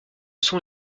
sont